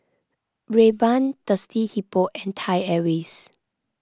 Rayban Thirsty Hippo and Thai Airways